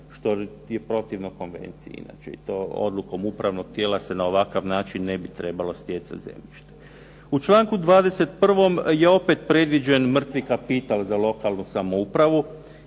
što je protivno konvenciji inače i to odlukom upravnog tijela se na ovakav način ne bi trebalo stjecati zemljište. U članku 21. je opet predviđen mrtvi kapital za lokalnu samoupravu